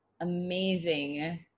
amazing –